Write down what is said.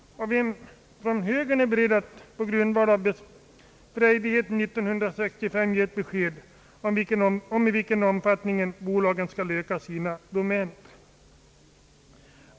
Och vem från högern är beredd att på grundval av frejdigheten 1965 ange i vilken omfattning bolagen skall öka sina domäner?